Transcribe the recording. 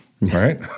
right